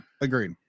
Agreed